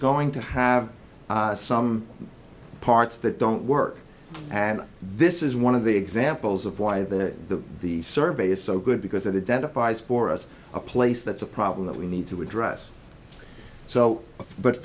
going to have some parts that don't work and this is one of the examples of why the the survey is so good because of the data files for us a place that's a problem that we need to address so but